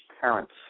Parents